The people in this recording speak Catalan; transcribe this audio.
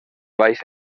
baix